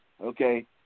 okay